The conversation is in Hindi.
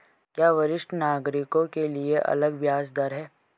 क्या वरिष्ठ नागरिकों के लिए अलग ब्याज दर है?